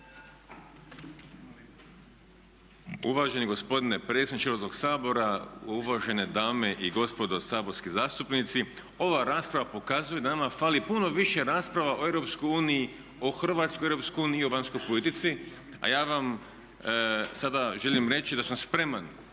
Uvaženi gospodine predsjedniče Hrvatskog sabora, uvažene dame i gospodo saborski zastupnici. Ova rasprava pokazuje da nama fali puno više rasprava o EU, o hrvatskoj EU i o vanjskoj politici. A ja vam sada želim reći da sam spreman